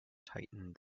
tightened